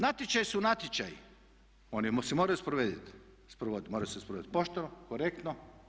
Natječaji su natječaji, oni se moraju sprovoditi, moraju se sprovoditi pošteno, korektno.